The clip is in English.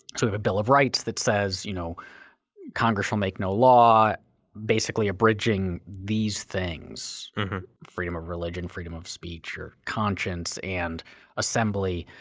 sort of a bill of rights that says you know congress shall make no law basically abridging these things freedom of religion, freedom of speech or conscience and assembly.